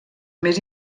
més